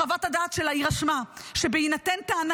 בחוות הדעת שלה היא רשמה שבהינתן טענה